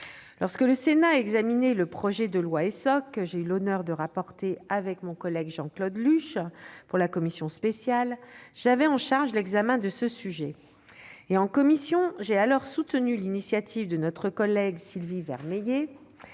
Lorsque le Sénat a examiné le projet de loi Essoc, que j'ai eu l'honneur de rapporter avec Jean-Claude Luche pour la commission spéciale, j'étais chargée de ce sujet. En commission, j'avais alors soutenu l'initiative de notre collègue Sylvie Vermeillet